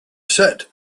set